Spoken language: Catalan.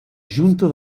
junta